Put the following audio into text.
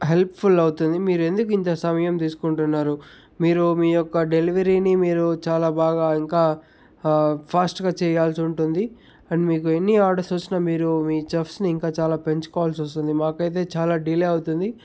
helpful అవుతుంది మీరు ఎందుకు ఇంత సమయం తీసుకుంటున్నారు మీరు మీ యొక్క డెలివరీని మీరు చాలా బాగా ఇంకా ఫాస్ట్గా చేయాల్సి ఉంటుంది అండ్ మీకు ఎన్ని ఆర్డర్స్ వచ్చిన మీరు మీ చెఫ్స్ని ఇంకా చాలా పెంచుకోవాల్సి వస్తుంది మాకైతే చాలా డిలే అవుతుంది